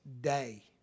day